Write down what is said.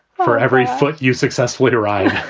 for every foot you success would arrive